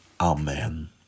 Amen